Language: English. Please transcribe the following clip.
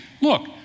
look